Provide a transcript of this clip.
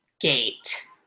Gate